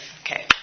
Okay